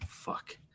fuck